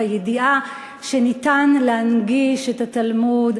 בידיעה שניתן להנגיש את התלמוד,